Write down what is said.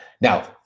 now